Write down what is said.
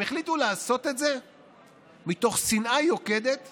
הם החליטו לעשות את זה מתוך שנאה יוקדת